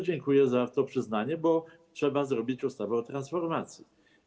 Dziękuję za to przyznanie, bo trzeba przygotować ustawę o transformacji.